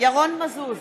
ירון מזוז,